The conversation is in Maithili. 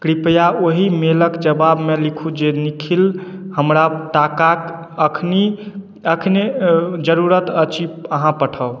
कृपया ओहि मेलक जवाबमे लिखू जे निखिल हमरा टाकाक अखने जरूरत अछि अहाँ पठाऊ